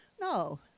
No